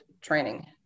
training